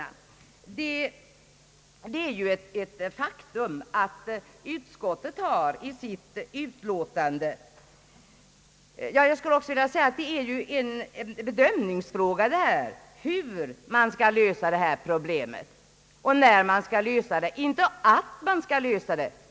Det är naturligtvis en bedömningsfråga när och hur problemen skall lösas, inte att de skall lösas.